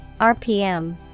RPM